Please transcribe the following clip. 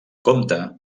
compte